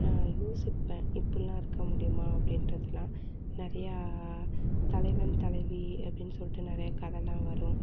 யோசிப்பேன் இப்புடிலாம் இருக்க முடியுமா அப்படின்றதலாம் நிறையா தலைவன் தலைவி அப்படினு சொல்லிட்டு நிறையா கதைலாம் வரும்